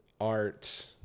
art